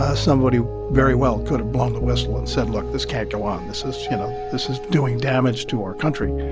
ah somebody very well could've blown the whistle and said, look this can't go on. this is, you know this is doing damage to our country.